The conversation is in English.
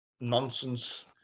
nonsense